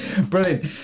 brilliant